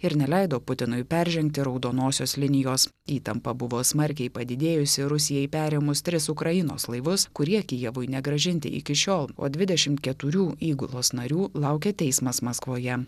ir neleido putinui peržengti raudonosios linijos įtampa buvo smarkiai padidėjusi rusijai perėmus tris ukrainos laivus kurie kijevui negrąžinti iki šiol o dvidešimt keturių įgulos narių laukia teismas maskvoje